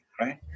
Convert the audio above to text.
right